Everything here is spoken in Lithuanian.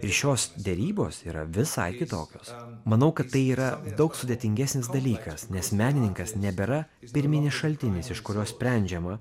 ir šios derybos yra visai kitokios manau kad tai yra daug sudėtingesnis dalykas nes menininkas nebėra pirminis šaltinis iš kurio sprendžiama